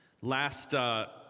Last